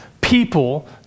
people